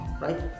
right